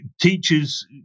Teachers